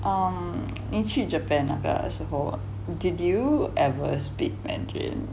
um 你去 japan 那个时候 did you ever speak mandarin